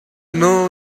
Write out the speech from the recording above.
know